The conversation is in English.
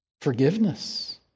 Forgiveness